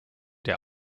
der